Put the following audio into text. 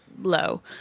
low